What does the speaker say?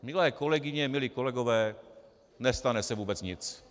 Milé kolegyně, milí kolegové, nestane se vůbec nic.